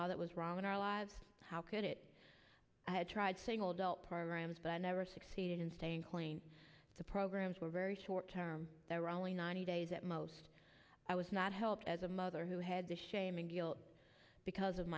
all that was wrong in our lives how could it i had tried saying all adult programs but i never succeeded in staying clean the programs were very short term there were only ninety days at most i was not helped as a mother who had the shame and guilt because of